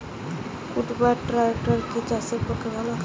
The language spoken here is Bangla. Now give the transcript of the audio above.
কুবটার ট্রাকটার কি চাষের পক্ষে ভালো?